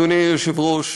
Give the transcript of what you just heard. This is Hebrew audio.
אדוני היושב-ראש,